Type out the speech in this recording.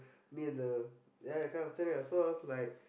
me and the ya that kind of thing so I was like